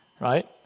Right